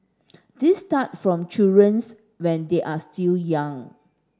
this start from children's when they are still young